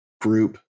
group